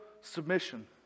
submission